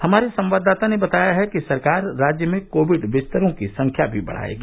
हमारे संवाददाता ने बताया है कि सरकार राज्य में कोविड बिस्तरों की संख्या भी बढायेगी